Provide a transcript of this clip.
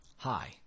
Hi